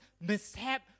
mishap